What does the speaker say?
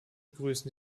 begrüßen